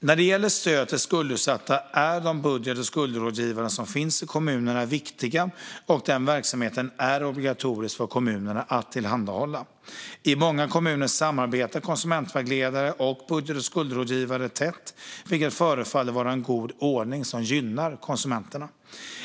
När det gäller stöd till skuldsatta är de budget och skuldrådgivare som finns i kommunerna viktiga, och den verksamheten är obligatorisk för kommunerna att tillhandahålla. I många kommuner samarbetar konsumentvägledare och budget och skuldrådgivare tätt, vilket förefaller vara en god ordning som gynnar konsumenterna.